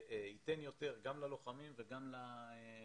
ייתן יותר גם ללוחמים ולחיילים,